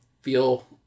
feel